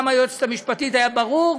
לדעתי גם ליועצת המשפטית היה ברור,